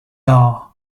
are